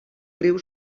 riu